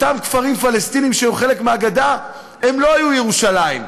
אותם כפרים פלסטיניים שהם חלק מהגדה לא היו ירושלים.